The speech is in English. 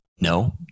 No